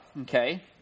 okay